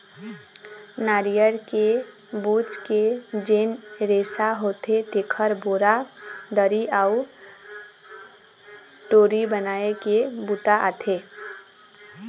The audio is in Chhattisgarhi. नरियर के बूच के जेन रेसा होथे तेखर बोरा, दरी अउ डोरी बनाए के बूता आथे